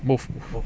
both